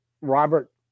Robert